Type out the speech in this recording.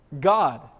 God